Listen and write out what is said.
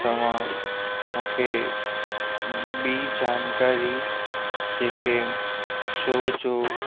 तव्हां मूंखे ॿीं जानकारी जेके शो जो